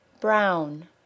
brown